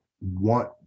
want